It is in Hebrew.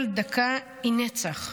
כל דקה היא נצח,